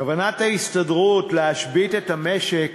כוונת ההסתדרות להשבית את המשק